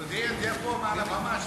תודיע את זה פה, מעל הבמה,